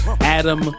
Adam